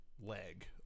leg